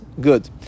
Good